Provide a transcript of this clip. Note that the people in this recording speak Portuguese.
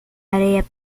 areia